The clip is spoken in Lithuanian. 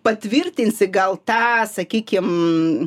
patvirtinsi gal tą sakykim